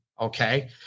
Okay